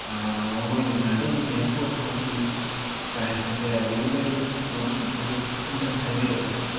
ꯋꯥꯡꯒꯣꯢ ꯕꯖꯥꯔꯗꯩꯅꯤ ꯏꯌꯥꯔꯄꯣꯔꯠ ꯐꯥꯎꯒꯤ ꯄ꯭ꯔꯥꯁꯅ ꯀꯌꯥ ꯑꯣꯏꯒꯗꯒꯦ ꯃꯗꯨꯒꯤ ꯗꯤꯇꯦꯜꯁꯇꯨꯝꯇꯪ ꯍꯥꯏꯕꯤꯔꯛꯎ